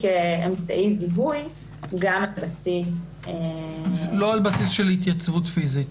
אמצעי זיהוי גם על בסיס- - לא על בסיס התייצבות פיזית.